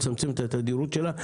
לצמצם את התדירות שלהם?